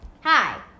Hi